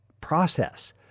process